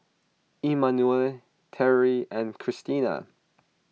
Emmanuel Teri and Krystina